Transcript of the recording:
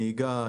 הנהיגה,